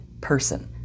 person